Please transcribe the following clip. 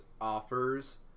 offers